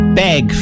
beg